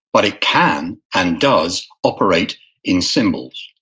but it can and does operate in symbols.